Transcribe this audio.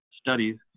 studies